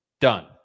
Done